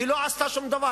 היא לא עשתה שום דבר.